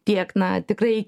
tiek na tikrai